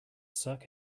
suck